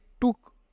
took